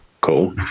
Cool